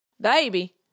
Baby